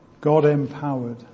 God-empowered